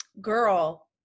girl